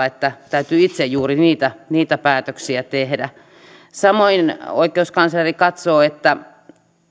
että täytyy itse juuri niitä niitä päätöksiä tehdä samoin oikeuskansleri katsoo että